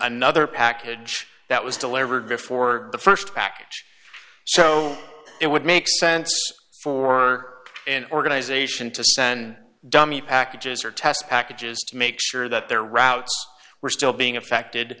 another package that was delivered before the st back so it would make sense for an organization to send dummy packages or test packages to make sure that their routes were still being affected